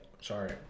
sorry